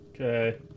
Okay